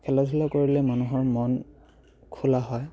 খেলা ধূলা কৰিলে মানুহৰ মন খোলা হয়